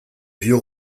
vieux